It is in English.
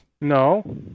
No